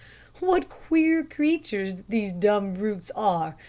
what queer creatures these dumb brutes are.